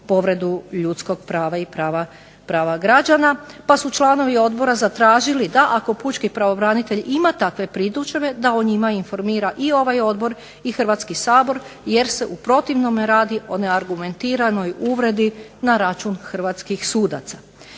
povredu ljudskog prava i prava građana pa su članovi Odbora zatražili da ako pučki pravobranitelj ima takve pritužbe da o njima informira i ovaj Odbor i Hrvatski sabor jer se u protivnom radu o neargumentiranoj uvredi na račun Hrvatskih sudaca.